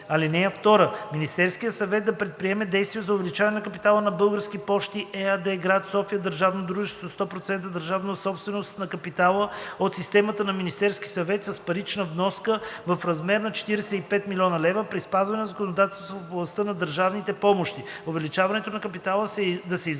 акции. (2) Министерският съвет да предприеме действия за увеличаване на капитала на „Български пощи“ ЕАД, гр. София – държавно дружество със 100 процента държавна собственост на капитала от системата на Министерския съвет, с парична вноска в размер на 45 000 000 лв. при спазване на законодателството в областта на държавните помощи. Увеличаването на капитала да се извърши